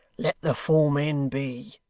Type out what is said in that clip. let the four men be